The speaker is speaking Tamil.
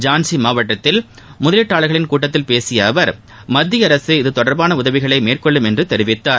ஜான்சி மாவட்டத்தில் முதலீட்டாளர்களின் கூட்டத்தில் பேசிய அவர் மத்திய அரசு இது தொடர்பான உதவிகளை மேற்கொள்ளும் என்று தெரிவித்தார்